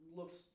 looks